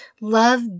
Love